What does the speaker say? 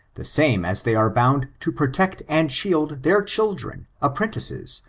the same as they are bound to protect and shield their children, apprentices,